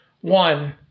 One